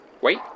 Wait